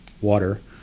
water